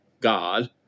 God